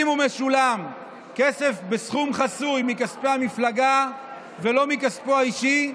אם משולם כסף בסכום חסוי מכספי המפלגה ולא מכספו האישי,